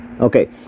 okay